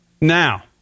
Now